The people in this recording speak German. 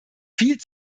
viel